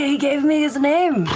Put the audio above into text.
ah gave me his name.